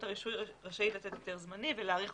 הרשות רשאית לתת היתר זמני ולהאריך